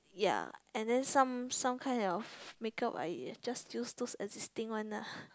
ya and then some some kinds of makeup I just use to existing one lah